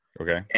Okay